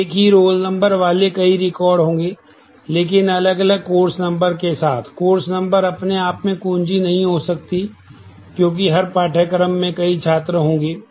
तो एक ही रोल नंबर वाले कई रिकॉर्ड होंगे लेकिन अलग अलग कोर्स नंबर के साथ कोर्स नंबर अपने आप में कुंजी नहीं हो सकती है क्योंकि हर पाठ्यक्रम में कई छात्र होंगे